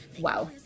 wow